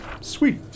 Sweet